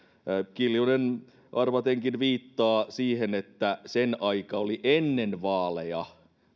kiljunen arvatenkin viittaa siihen että sen aika oli ennen vaaleja